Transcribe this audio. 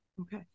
Okay